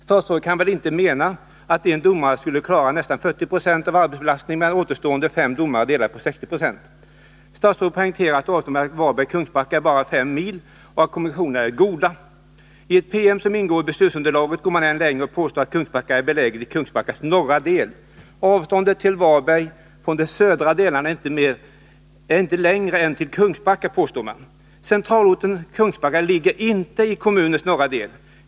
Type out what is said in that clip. Statsrådet kan väl inte mena att en domare skall klara av nästan 40 96 av arbetsbelastningen, medan återstående fem domare delar på 60 96? Statsrådet poängterar att avståndet mellan Varberg och Kungsbacka bara är 5 mil och att kommunikationerna är goda. I en PM som ingår i beslutsunderlaget går man än längre och påstår att Kungsbacka är beläget i kommunens norra del och att avståndet till Varberg från de södra delarna inte är längre än det är till Kungsbacka. Men centralorten Kungsbacka ligger inte i kommunens norra del.